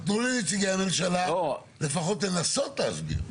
תנו לנציגי הממשלה לפחות לנסות להסביר.